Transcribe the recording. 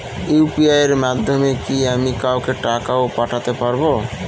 UPI এর মাধ্যমে কি আমি কাউকে টাকা ও পাঠাতে পারবো?